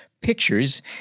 Pictures